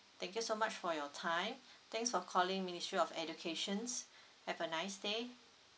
thank you so much for your time thanks for calling ministry of education have a nice day